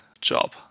job